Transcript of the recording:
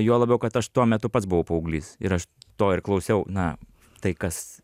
juo labiau kad aš tuo metu pats buvau paauglys ir aš to ir klausiau na tai kas